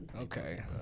Okay